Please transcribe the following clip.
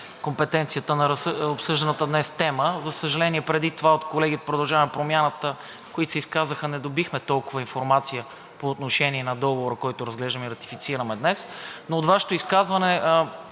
компетенцията на обсъжданата днес тема. За съжаление, преди това колеги от „Продължаваме Промяната“, които се изказаха, не добихме толкова информация по отношение на договора, който разглеждаме и ратифицираме днес, но от Вашето изказване